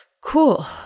cool